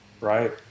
Right